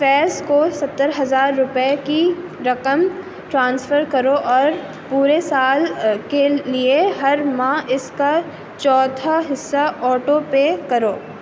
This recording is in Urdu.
فیض کو ستر ہزار روپے کی رقم ٹرانسفر کرو اور پورے سال کے لیے ہر ماہ اس کا چوتھا حصہ آٹو پے کرو